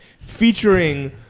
featuring